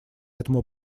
этому